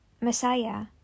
Messiah